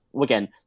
again